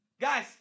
Guys